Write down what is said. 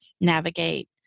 navigate